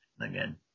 again